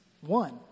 One